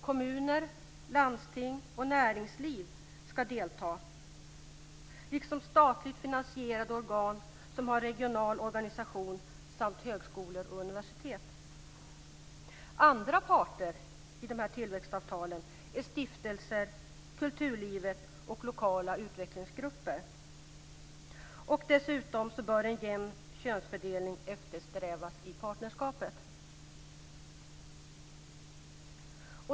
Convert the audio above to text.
Kommuner, landsting och näringsliv ska delta, liksom statligt finansierade organ som har regional organisation samt högskolor och universitet. Andra parter i tillväxtavtalen är stiftelser, kulturlivet och lokala utvecklingsgrupper. Dessutom bör en jämn könsfördelning eftersträvas i partnerskapet.